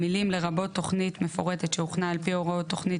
המילים "לרבות תכנית מפורטת שהוכנה על פי הוראות תכנית